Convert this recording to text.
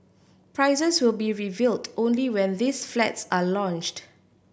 prices will be revealed only when these flats are launched